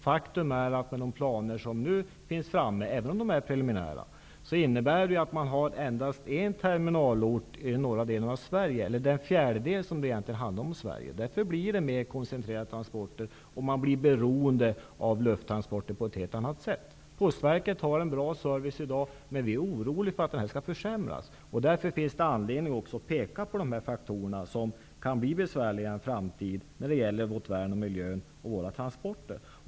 De föreliggande planerna, även om de är preliminära, innebär att man enbart skall ha en terminalort i den norra delen -- en fjärdedel -- av Sverige. Transporterna blir då mera koncentrerade, och man blir beroende av lufttransporter på ett helt annat sätt. Postverket har en bra service i dag. Men vi är oroliga för att den skall försämras. Därför finns det anledning att peka på de faktorer som kan bli besvärliga i en framtid när det gäller vårt värn om miljön och våra transporter.